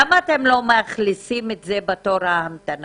למה אתם לא מאכלסים את זה בתור ההמתנה?